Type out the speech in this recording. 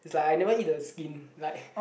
it's like I never eat the skin like